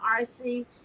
RC